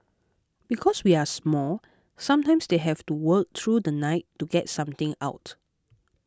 because we are small sometimes they have to work through the night to get something out